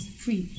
free